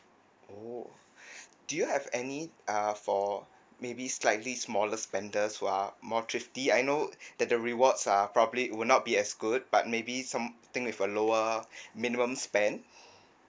oh do you have any uh for maybe slightly smaller spenders who are more thrifty I know that the rewards are probably would not be as good but maybe something with a lower minimum spend